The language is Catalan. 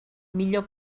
millor